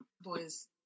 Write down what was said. boy's